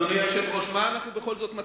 אדוני היושב-ראש, מה אנחנו מציעים?